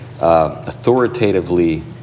Authoritatively